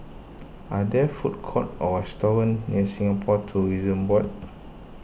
are there food court or restaurant near Singapore Tourism Board